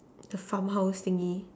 the farm house thingy